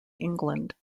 england